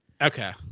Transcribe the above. Okay